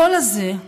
הקול הזה,